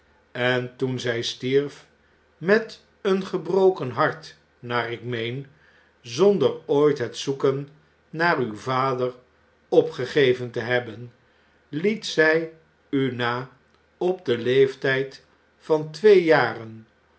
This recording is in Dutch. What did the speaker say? en toen zij stierf met een gebroken hart naar ik meen zonder ooit het zoeken naar uw vader opgegeven te hebben liet zjj u na op den leefttjd van twee jaren